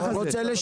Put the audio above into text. ככה זה.